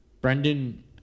Brendan